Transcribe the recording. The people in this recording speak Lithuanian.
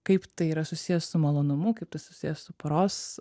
kaip tai yra susiję su malonumu kaip tai susiję su poros